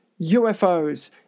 UFOs